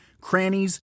crannies